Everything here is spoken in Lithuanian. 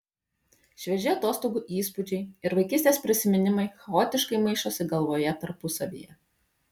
švieži atostogų įspūdžiai ir vaikystės prisiminimai chaotiškai maišosi galvoje tarpusavyje